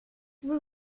vous